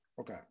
Okay